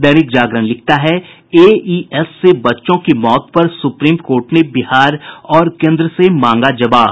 दैनिक जागरण लिखता है एईएस से बच्चों की मौत पर सुप्रीम कोर्ट ने बिहार और केन्द्र से मांगा जवाब